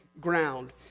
ground